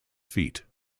feet